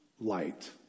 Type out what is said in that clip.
light